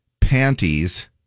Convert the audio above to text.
panties